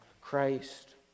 Christ